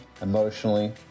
emotionally